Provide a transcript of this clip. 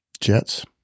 Jets